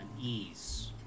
ease